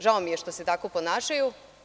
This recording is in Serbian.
Žao mi je što se tako ponašaju.